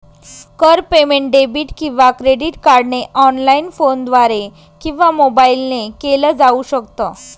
कर payment debit किंवा credit कार्डने ऑनलाइन, फोनद्वारे किंवा मोबाईल ने केल जाऊ शकत